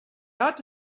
ought